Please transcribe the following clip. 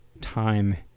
time